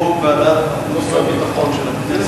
הוא ועדת החוץ והביטחון של הכנסת.